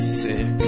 sick